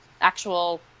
actual